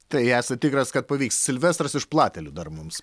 tai esat tikras kad pavyks silvestras iš platelių dar mums